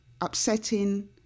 upsetting